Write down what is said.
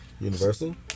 Universal